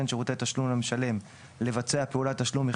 שירותי תשלום למשלם לבצע פעולת תשלום,